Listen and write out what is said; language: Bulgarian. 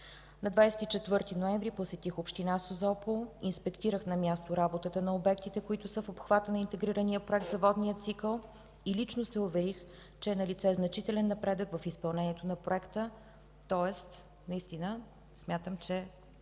На 24 ноември посетих община Созопол, инспектирах на място работата на обектите, които са в обхвата на интегрирания проект за водния цикъл и лично се уверих, че е налице значителен напредък в изпълнението на проекта. Тоест наистина смятам, че